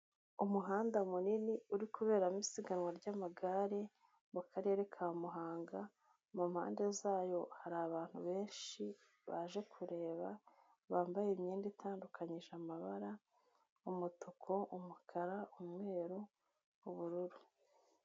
Umuhanda munini uri kuberamo isiganwa ry'amagare mu karere ka Muhanga. Mu mpande zayo hari abantu benshi baje kureba , bambaye imyenda itandukanyije amabara: umutuku , umukara ,umweru ,ubururu.